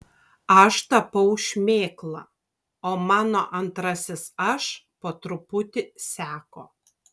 aš tapau šmėkla o mano antrasis aš po truputį seko